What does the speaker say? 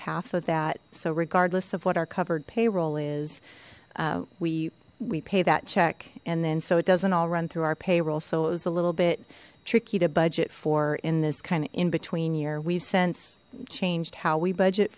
half of that so regardless of what our covered payroll is we we pay that check and then so it doesn't all run through our payroll so it was a little bit tricky to budget for in this kind of in between year we've since changed how we budget